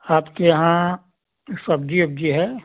आपके यहाँ सब्जी ओब्जी है